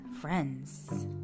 friends